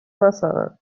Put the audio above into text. مثلا